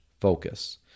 focus